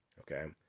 okay